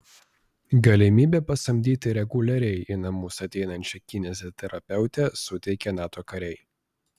galimybę pasamdyti reguliariai į namus ateinančią kineziterapeutę suteikė nato kariai